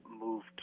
moved